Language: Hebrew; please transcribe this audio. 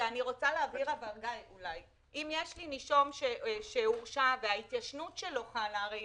רוצה להבהיר שאם יש לי נישום שהורשע וההתיישנות שלו חלה הרי